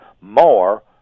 more